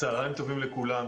צוהריים טובים לכולם,